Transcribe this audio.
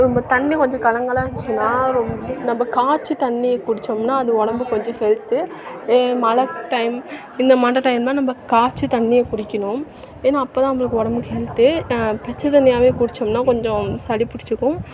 நம்ம தண்ணி கொஞ்சம் கலங்கலாக வந்துச்சின்னா ரொம் நம்ம காய்ச்சி தண்ணி குடிச்சம்னா அது உடம்புக்கு கொஞ்சம் ஹெல்த்து ஏ மழை டைம் இந்த மாண்ட டைம்லாம் நம்ம காய்ச்ச தண்ணியை குடிக்கணும் ஏன்னா அப்போ தான் நம்மளுக்கு உடம்புக்கு ஹெல்த்து பச்ச தண்ணியாவே குடிச்சம்னா கொஞ்சம் சளிப் பிடிச்சிக்கும்